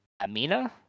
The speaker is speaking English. Amina